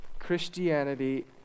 Christianity